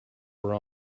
were